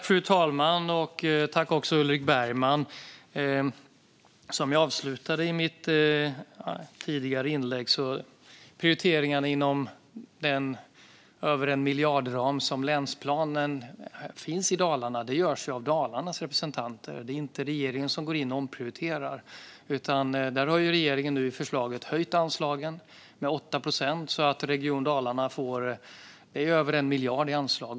Fru talman! Som jag avslutade mitt tidigare inlägg med är prioriteringarna inom länsplanens ram - den omfattar över 1 miljard - något som görs av Region Dalarna. Regeringen går inte in och omprioriterar medlen där. I förslaget har nu regeringen höjt anslagen med 8 procent, så att Region Dalarna får över 1 miljard i anslag.